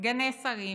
סגני שרים,